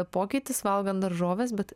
pokytis valgant daržoves bet